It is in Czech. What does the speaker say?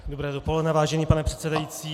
Dobré dopoledne, vážený pane předsedající.